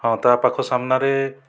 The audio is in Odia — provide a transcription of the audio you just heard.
ହଁ ତା ପାଖ ସାମ୍ନାରେ